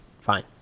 Fine